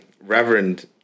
reverend